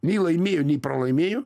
nei laimėjo nei pralaimėjo